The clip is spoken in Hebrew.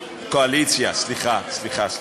קואליציה, סליחה, סליחה.